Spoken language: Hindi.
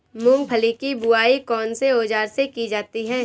मूंगफली की बुआई कौनसे औज़ार से की जाती है?